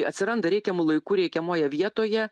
atsiranda reikiamu laiku reikiamoje vietoje